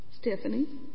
Stephanie